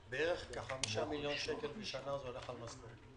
כ-5 מיליון שקלים בשנה הולך למשכורות.